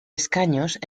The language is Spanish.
escaños